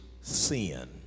sin